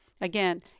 Again